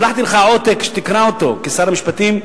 שלחתי לך עותק שתקרא אותו כשר משפטים,